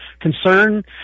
Concern